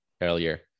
earlier